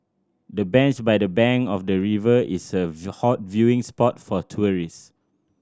the bench by the bank of the river is a hot viewing spot for tourist